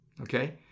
Okay